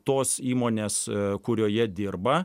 tos įmonės kurioje dirba